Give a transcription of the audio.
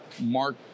Mark